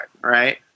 right